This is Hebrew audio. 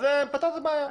פתרת את הבעיה.